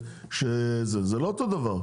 זה לא אותו דבר.